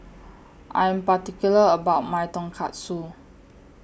I'm particular about My Tonkatsu